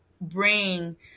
bring